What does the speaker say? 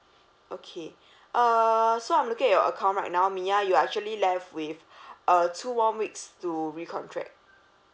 okay uh so I'm looking at your account right now mya you are actually left with uh two more weeks to recontract